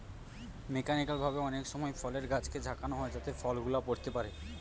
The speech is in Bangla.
মেকানিক্যাল ভাবে অনেক সময় ফলের গাছকে ঝাঁকানো হয় যাতে ফল গুলা পড়তে পারে